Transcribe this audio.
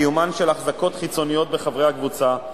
קיומן של החזקות חיצוניות בחברי הקבוצה,